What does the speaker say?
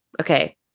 Okay